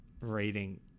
reading